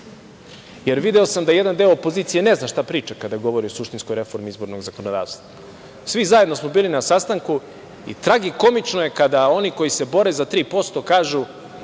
jer video sam da jedan deo opozicije ne zna šta priča kada govori o suštinskoj reformi izbornog zakonodavstva. Svi zajedno smo bili na sastanku i tragikomično je kada oni koji se bore za 3% kažu